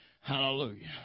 Hallelujah